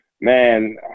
man